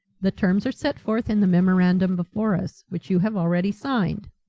the terms are set forth in the memorandum before us, which you have already signed.